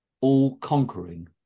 all-conquering